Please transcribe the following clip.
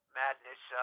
madness